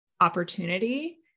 opportunity